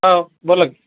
हो बोला